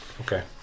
Okay